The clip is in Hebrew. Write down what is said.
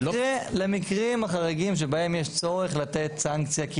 למקרים החריגים שבהם יש צורך לתת סנקציה כי